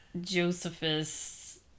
Josephus